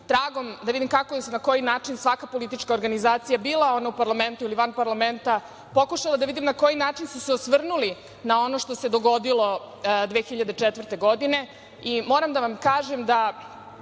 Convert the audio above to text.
tragom, da vidim kako je i na koji način svaka politička organizacija, bila ona u parlamentu ili van parlamenta, pokušala da vidim na koji način su se osvrnuli na ono što se dogodilo 2004. godine